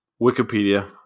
Wikipedia